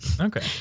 Okay